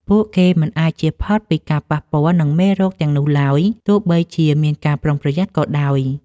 ពួកគេមិនអាចជៀសផុតពីការប៉ះពាល់នឹងមេរោគទាំងនោះឡើយ ទោះបីជាមានការប្រុងប្រយ័ត្នក៏ដោយ។